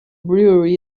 brewery